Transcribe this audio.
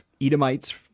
Edomites